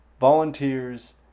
volunteers